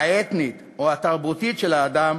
האתנית או התרבותית של האדם